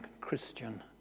Christian